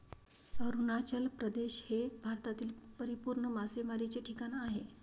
अरुणाचल प्रदेश हे भारतातील परिपूर्ण मासेमारीचे ठिकाण आहे